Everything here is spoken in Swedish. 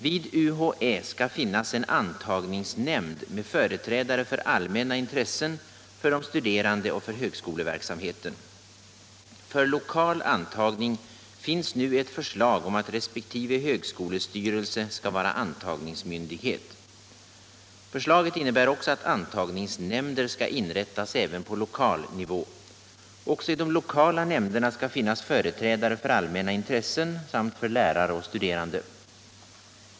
Vid UHÄ skall finnas en antagningsnämnd med företrädare för allmänna intressen, för de studerande och för högskoleverksamheten. För lokal antagning finns nu ett förslag om att resp. högskolestyrelse skall vara antagningsmyndighet. Förslaget innebär också att antagningsnämnder skall inrättas även på lokal nivå. Också i de lokala nämnderna skall finnas företrädare för allmänna intressen samt för lärare och studerande.